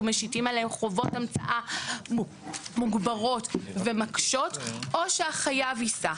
משיתים עליהם חובות המצאה מוגברות ומקשות או שהחייב יישא.